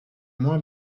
moins